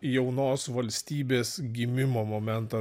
jaunos valstybės gimimo momentą